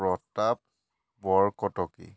Pratap Borkotoky